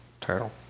Turtle